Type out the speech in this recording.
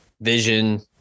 vision